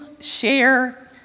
share